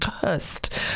cursed